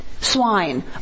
swine